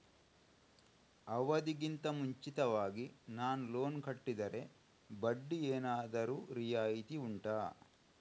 ಅವಧಿ ಗಿಂತ ಮುಂಚಿತವಾಗಿ ನಾನು ಲೋನ್ ಕಟ್ಟಿದರೆ ಬಡ್ಡಿ ಏನಾದರೂ ರಿಯಾಯಿತಿ ಉಂಟಾ